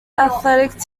athletic